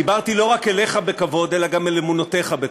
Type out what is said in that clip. דיברתי לא רק אליך בכבוד אלא גם על אמונותיך בכבוד.